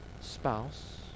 spouse